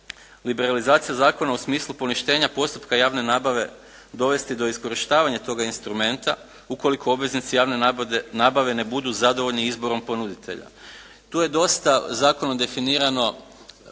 liberalizacija zakona u smislu poništenja postupka javne nabave dovesti do iskorištavanja toga instrumenta ukoliko obveznici javne nabave ne budu zadovoljni izborom ponuditelja. Tu je dosta zakonom definirano